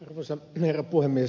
arvoisa herra puhemies